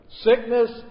Sickness